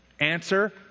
answer